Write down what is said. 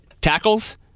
tackles